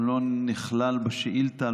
הוא לא נכלל בשאילתה.